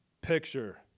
picture